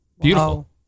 Beautiful